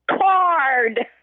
Card